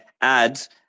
ads